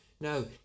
no